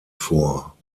vor